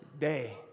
day